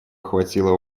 охватило